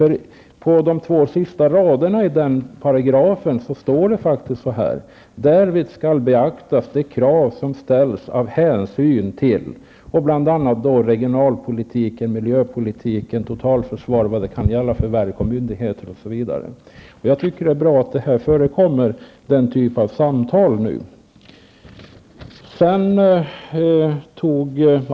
I de två sista raderna i § 5 sägs att därvid skall beaktas det krav som ställs av hänsyn till bl.a. regionalpolitiken, miljöpolitiken och totalförsvaret som det kan bli fråga om för olika verk och myndigheter. Det är bra att den typen av samtal förekommer.